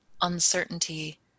uncertainty